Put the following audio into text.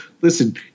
listen